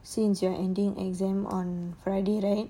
since you are ending exam on friday right